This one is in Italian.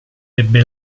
ebbe